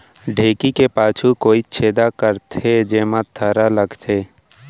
ढेंकी के पाछू कोइत छेदा करथे, जेमा थरा लगथे